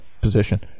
position